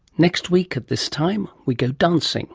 next week at this time we go dancing